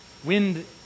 Wind